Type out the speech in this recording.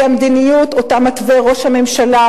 כי המדיניות שמתווה ראש הממשלה,